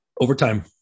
Overtime